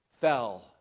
fell